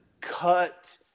cut